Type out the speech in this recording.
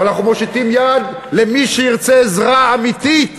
אבל אנחנו מושיטים יד למי שירצה עזרה אמיתית